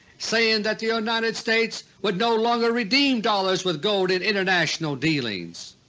saying that the united states would no longer redeem dollars with gold in international dealings.